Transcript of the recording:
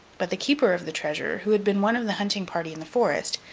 but the keeper of the treasure who had been one of the hunting party in the forest,